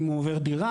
אם הוא עובר דירה,